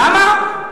למה?